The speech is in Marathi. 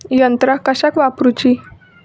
यंत्रा कशाक वापुरूची?